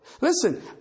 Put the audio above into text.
Listen